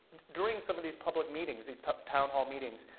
during some of these public meetings, these town town hall meetings,